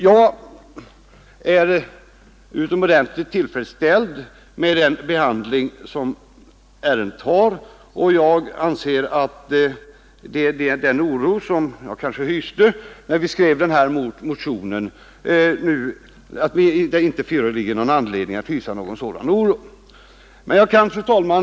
Jag är därför helt tillfredsställd med den behandling som ärendet har fått och anser att det inte finns någon anledning att hysa sådan oro som jag hyste när vi skrev motionen.